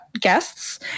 guests